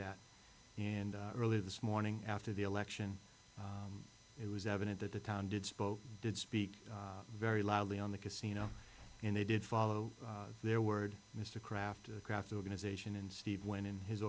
that and earlier this morning after the election it was evident that the town did spoke did speak very loudly on the casino and they did follow their word mr craft craft organization and steve went in his